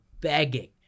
begging